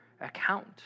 account